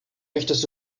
möchtest